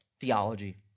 theology